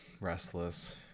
restless